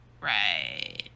right